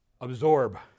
Absorb